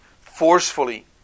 forcefully